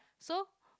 so